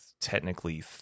technically